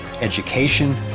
education